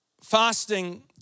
fasting